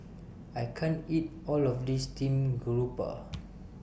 I can't eat All of This Steamed Garoupa